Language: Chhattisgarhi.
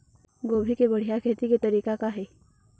गोभी के बढ़िया खेती के तरीका का हे?